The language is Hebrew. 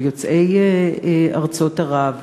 של יוצאי ארצות ערב,